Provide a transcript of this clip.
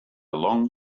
long